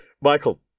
michael